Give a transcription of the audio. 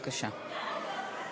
צריך מדינה אחת.